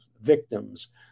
victims